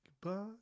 Goodbye